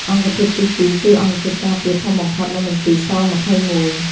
អង្គភាពទី ២ គឺអង្គភាពការពារធំបំផុត នៅមន្ទីរស-២១។